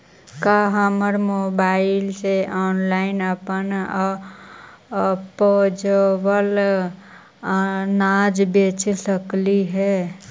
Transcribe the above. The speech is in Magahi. का हम मोबाईल से ऑनलाइन अपन उपजावल अनाज बेच सकली हे?